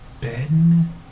Ben